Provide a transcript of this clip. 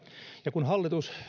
ja kun hallitus